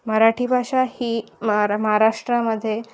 मराठी भाषा ही मरा महाराष्ट्रामध्ये